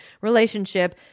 relationship